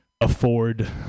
Afford